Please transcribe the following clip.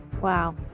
Wow